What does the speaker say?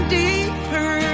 deeper